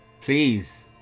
Please